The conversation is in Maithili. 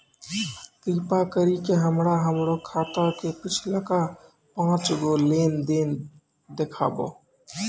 कृपा करि के हमरा हमरो खाता के पिछलका पांच गो लेन देन देखाबो